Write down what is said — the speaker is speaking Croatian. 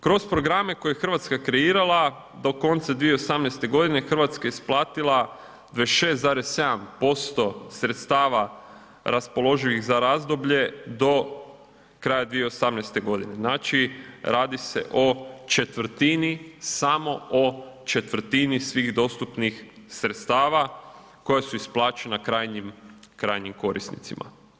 Kroz programe koje je Hrvatska kreirala do konca 2018. godine Hrvatska je isplatila 26,7% sredstava raspoloživih za razdoblje do kraja 2018. godine, znači radi se o četvrtini, samo o četvrtini svih dostupnih sredstava koja su isplaćena krajnjim korisnicima.